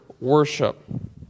worship